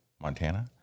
Montana